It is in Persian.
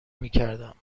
میکردم